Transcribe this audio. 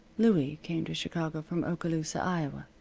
louie came to chicago from oskaloosa, iowa.